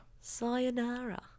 Sayonara